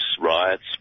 riots